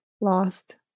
Lost